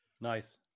nice